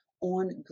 on